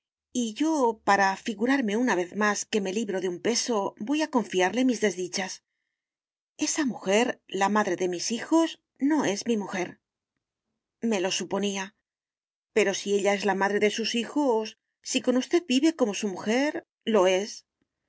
y yo para figurarme una vez más que me libro de un peso voy a confiarle mis desdichas esa mujer la madre de mis hijos no es mi mujer me lo suponía pero si es ella la madre de sus hijos si con usted vive como su mujer lo es